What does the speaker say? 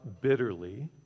bitterly